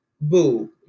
Boo